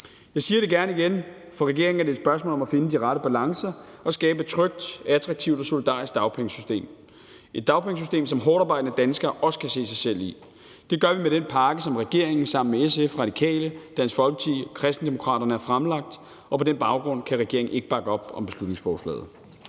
Jeg siger det gerne igen: For regeringen er det et spørgsmål om at finde de rette balancer og skabe et trygt, attraktivt og solidarisk dagpengesystem, et dagpengesystem, som hårdtarbejdende danskere også kan se sig selv i, og det gør vi med den pakke, som regeringen sammen med SF, Radikale, Dansk Folkeparti og Kristendemokraterne har fremlagt, og på den baggrund kan regeringen ikke bakke op om beslutningsforslaget.